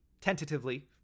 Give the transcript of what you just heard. tentatively